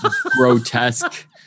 grotesque